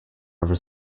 ever